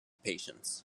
patients